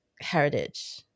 heritage